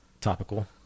topical